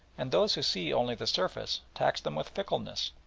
and those who see only the surface tax them with fickleness.